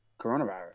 coronavirus